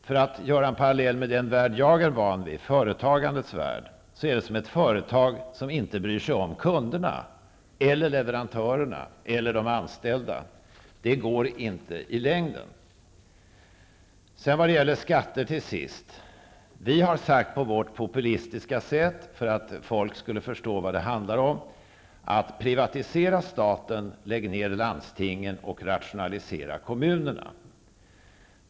För att göra en parallell med den värld jag är van vid, företagandets värld, så är det som ett företag som inte bryr sig om kunderna eller leverantörerna eller de anställda. Det går inte i längden. Till sist något om skatter. Vi har sagt på vårt populistiska sätt för att folk skulle förstå vad det handlade om: privatisera staten, lägg ned landstingen och rationalisera kommunerna.